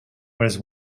whereas